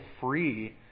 free